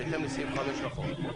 בהתאם לסעיף 5 לחוק.